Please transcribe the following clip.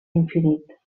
infinit